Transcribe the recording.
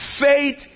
faith